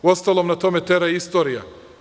Uostalom, na to me tera i istorija.